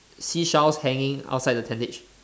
seashells hanging outside the tentage